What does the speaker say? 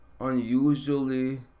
unusually